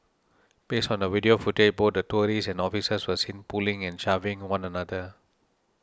based on the video footage both the tourists and officers were seen pulling and shoving one another